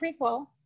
prequel